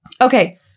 Okay